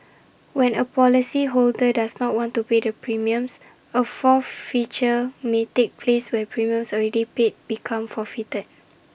when A policyholder does not want to pay the premiums A forfeiture may take place where premiums already paid become forfeited